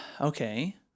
Okay